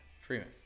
Freeman